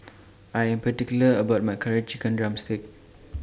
I Am particular about My Curry Chicken Drumstick